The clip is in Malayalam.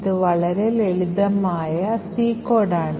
ഇത് വളരെ ലളിതമായ C കോഡാണ്